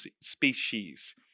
Species